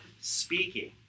speaking